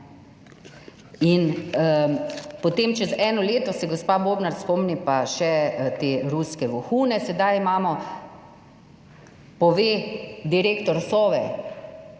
Potem čez eno leto se gospa Bobnar spomni pa še te ruske vohune. Sedaj pove direktor Sove